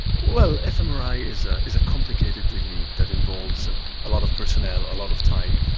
well fmri is ah is a complicated technique that involves a lot of personnel, a lot of time,